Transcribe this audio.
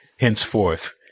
henceforth